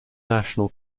national